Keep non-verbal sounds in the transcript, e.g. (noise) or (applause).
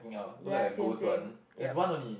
(noise) ya same same yup (noise)